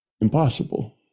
impossible